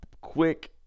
quick